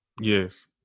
Yes